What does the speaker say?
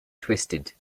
twisted